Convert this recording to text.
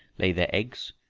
lay their eggs,